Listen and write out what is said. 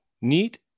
neat